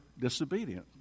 disobedient